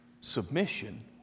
submission